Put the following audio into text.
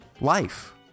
Life